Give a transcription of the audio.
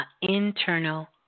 internal